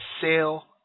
sale